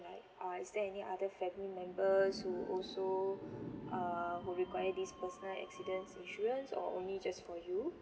like or is there any other family members who also err who require this personal accidents insurance or only just for you